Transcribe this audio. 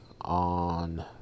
on